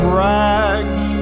rags